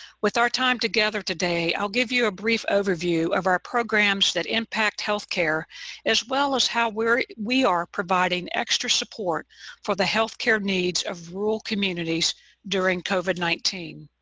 with our time together today, i'll give you a brief overview of our programs that impact health care as well as how we are we are providing extra support for the health care needs of rural communities during covid nineteen.